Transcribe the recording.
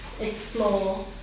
explore